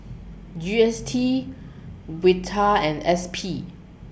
G S T Vital and S P